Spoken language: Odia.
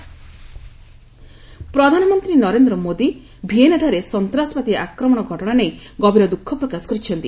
ପିଏମ୍ ଭିଏନା ପ୍ରଧାନମନ୍ତ୍ରୀ ନରେନ୍ଦ୍ର ମୋଦି ଭିଏନାଠାରେ ସନ୍ତାସବାଦୀ ଆକ୍ରମଣ ଘଟଣା ନେଇ ଗଭୀର ଦୁଃଖ ପ୍ରକାଶ କରିଛନ୍ତି